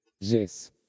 Yes